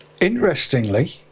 Interestingly